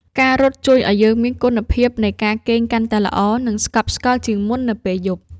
ការរត់ជួយឱ្យយើងមានគុណភាពនៃការគេងកាន់តែល្អ និងស្កប់ស្កល់ជាងមុននៅពេលយប់។